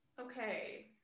okay